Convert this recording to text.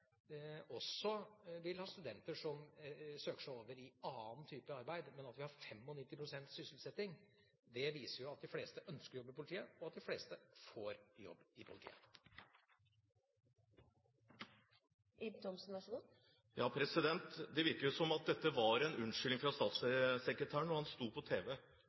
også vil ha studenter som søker seg over i annen type arbeid. Men det at vi har 95 pst. sysselsetting, viser at de fleste ønsker å jobbe i politiet, og at de fleste får jobb i politiet. Det virket jo som om det var en unnskyldning fra statssekretæren da han sa dette på tv.